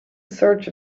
search